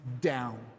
down